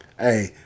Hey